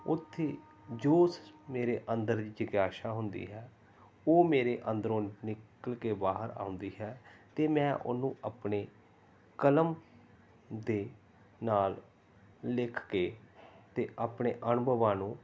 ਉੱਥੇ ਜੋ ਸ਼ ਮੇਰੇ ਅੰਦਰ ਇਕ ਜਿਗਿਆਸਾ ਹੁੰਦੀ ਹੈ ਉਹ ਮੇਰੇ ਅੰਦਰੋਂ ਨਿਕਲ ਕੇ ਬਾਹਰ ਆਉਂਦੀ ਹੈ ਅਤੇ ਮੈਂ ਉਹਨੂੰ ਆਪਣੇ ਕਲਮ ਦੇ ਨਾਲ ਲਿਖ ਕੇ ਅਤੇ ਆਪਣੇ ਅਨੁਭਵਾਂ ਨੂੰ